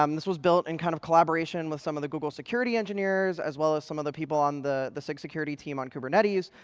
um this was built in kind of collaboration with some of the google security engineers as well as some of the people on the the sic security team on kubernetes.